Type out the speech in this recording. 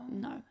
no